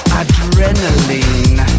adrenaline